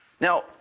Now